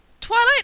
twilight